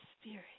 spirit